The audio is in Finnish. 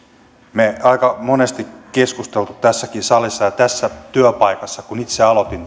me olemme aika monesti keskustelleet tässäkin salissa ja tässä työpaikassa kun itse aloitin